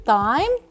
time